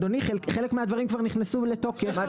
אדוני, חלק מהדברים כבר נכנסו לתוקף --- מתי?